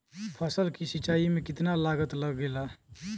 फसल की सिंचाई में कितना लागत लागेला?